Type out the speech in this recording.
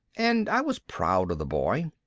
and i was proud of the boy.